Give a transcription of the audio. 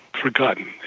forgotten